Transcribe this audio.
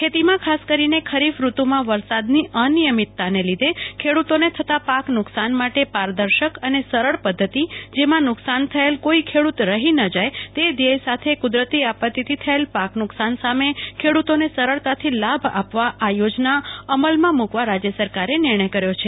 ખેતીમાં ખાસ કરીને ખરીફ ઋતુમાં વરસાદની અનિયમિતતા ને લીધે ખેડૂતોને થતા પાક નુકસાન માટે પારદર્શક અને સરળ પધ્ધતિ જેમાં નુકસાન થયેલ કોઈ ખેડૂત રહી ન જાય તે ધ્યેય સાથે કુદરતી આપત્તીથી થયેલ પાક નુકસાન સામે ખેડૂતોને સરળતાથી લાભ આપવા આ યોજના અમલમાં મુકવા રાજ્ય સરકારે નિર્ણય કર્યો છે